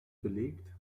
belegt